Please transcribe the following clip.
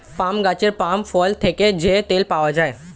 পাম গাছের পাম ফল থেকে যেই তেল পাওয়া যায়